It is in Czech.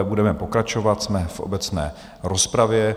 Budeme pokračovat, jsme v obecné rozpravě.